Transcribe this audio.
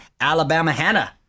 AlabamaHannah